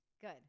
Good